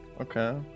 Okay